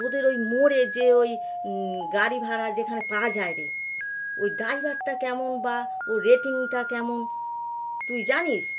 তোদের ওই মোড়ে যে ওই গাড়ি ভাড়া যেখানে পাওয়া যায় রে ওই ড্রাইভারটা কেমন বা ওর রেটিংটা কেমন তুই জানিস